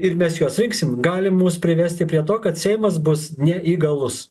ir mes juos rinksime gali mus privesti prie to kad seimas bus neįgalus